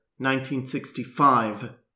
1965